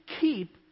keep